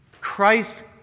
Christ